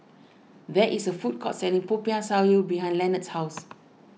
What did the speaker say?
there is a food court selling Popiah Sayur behind Lenard's house